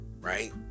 Right